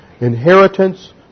Inheritance